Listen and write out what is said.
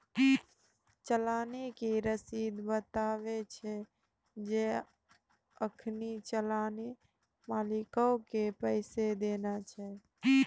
चलानो के रशीद बताबै छै जे अखनि चलान मालिको के पैसा देना छै